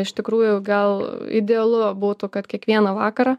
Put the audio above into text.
iš tikrųjų gal idealu būtų kad kiekvieną vakarą